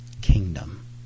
kingdom